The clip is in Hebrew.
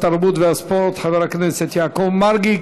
התרבות והספורט חבר הכנסת יעקב מרגי.